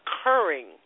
occurring